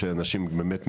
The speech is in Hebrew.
שאנשים באמת מחכים,